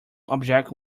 object